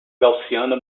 gaussiana